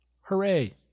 Hooray